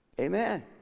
amen